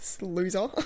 Loser